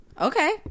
Okay